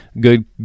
Good